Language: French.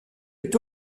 est